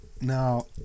now